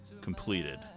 completed